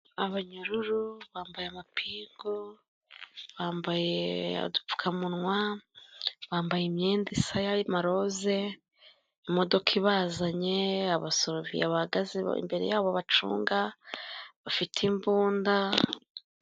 Abanyururu bambaye amapingu, bambaye udupfukamunwa, bambaye imyenda y'amaroze, imodoka ibazanye, abasoroviye bahagaze imbere yabo bacunga, bafite imbunda.